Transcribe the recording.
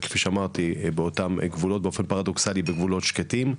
כפי שאמרתי באותם גבולות באופן פרדוקסלי בגבולות שקטים,